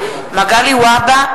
והבה,